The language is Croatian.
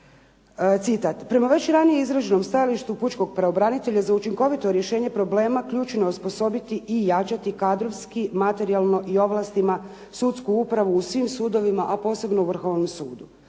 Citat prema već ranije izrađenom stajalištu Pučkog pravobranitelja za učinkovito rješenje problema ključno osposobiti i jačati kadrovski materijalno i ovlastima sudsku upravu u svim sudovima, a posebno Vrhovnom sudu.